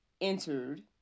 entered